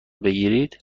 بگیرید